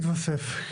התווסף.